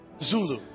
Zulu